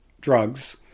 drugs